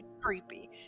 creepy